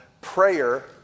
prayer